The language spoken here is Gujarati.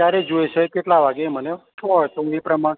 ક્યારે જોઈશે છે કેટલા વાગે એ મને કહો તો હું એ પ્રમાણ